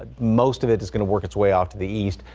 most of it is going to work its way off to the east.